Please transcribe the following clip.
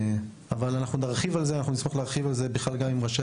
אנחנו נשמח להרחיב על זה גם עם ראשי